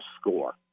score